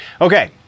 Okay